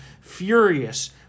furious